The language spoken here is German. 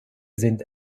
sind